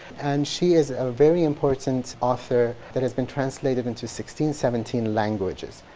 and she is a very important author that has been translated into sixteen, seventeen languages.